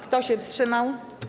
Kto się wstrzymał?